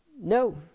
No